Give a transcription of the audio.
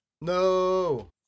No